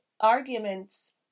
Arguments